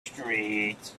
street